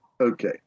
Okay